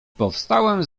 powstałem